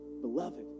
Beloved